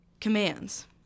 commands